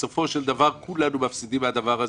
כולנו מפסידים מהדבר הזה.